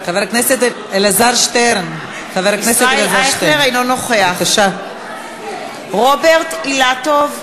אינו נוכח רוברט אילטוב,